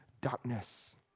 darkness